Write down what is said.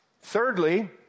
Thirdly